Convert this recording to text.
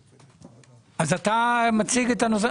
מציג את הנושא?